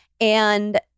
And-